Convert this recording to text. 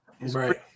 Right